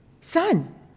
son